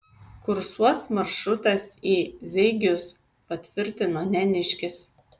kursuos maršrutas į zeigius patvirtino neniškis